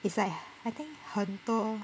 it's like I think 很多